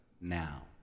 now